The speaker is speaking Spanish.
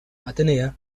atenea